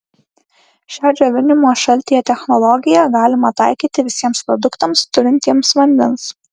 šią džiovinimo šaltyje technologiją galima taikyti visiems produktams turintiems vandens